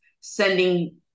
sending